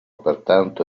pertanto